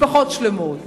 משפחות שלמות,